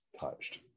touched